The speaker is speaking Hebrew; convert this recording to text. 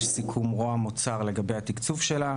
יש סיכום בין משרד ראש הממשלה ומשרד האוצר לגבי התקצוב שלה.